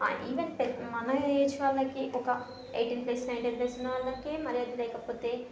even పె మన age వాళ్ళకి ఒక ఎయిటీన్ ప్లస్ నైన్టీన్ ప్లస్ ఉన్న వాళ్ళకే మర్యాద లేకపోతే